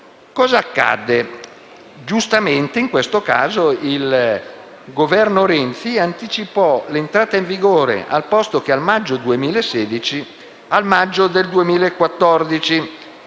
Cosa accadde? Giustamente in questo caso, il Governo Renzi anticipò l'entrata in vigore, anziché a maggio 2016, a maggio 2014